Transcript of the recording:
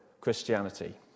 Christianity